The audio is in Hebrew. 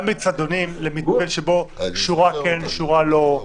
גם באצטדיונים, למתווה שבו שורה כן ושורה לא,